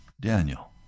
Daniel